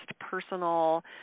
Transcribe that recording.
personal